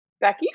Becky